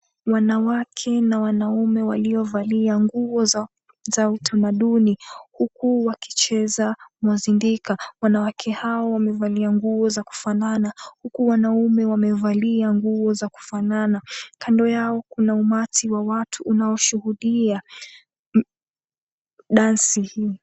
Wanawake na wanaume waliovalia nguo za utamaduni huku wakicheza muzindika, wanawake hao wamevalia nguo za kufanana huku wanaume wamevalia nguo za kufanana, kando yao kuna umati wa watu unaoshuhudia dansi hii.